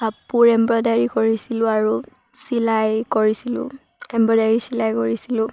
কাপোৰ এমব্ৰইডাৰী কৰিছিলোঁ আৰু চিলাই কৰিছিলোঁ এম্ব্ৰইডাৰী চিলাই কৰিছিলোঁ